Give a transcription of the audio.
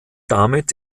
damit